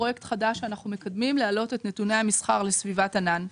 פרויקט חדש שאנחנו מקדמים להעלות את נתוני המסחר לסביבת ענן.